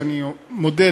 שאני מודה,